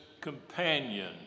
companion